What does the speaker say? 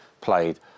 played